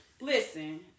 Listen